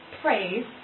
praise